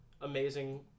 amazing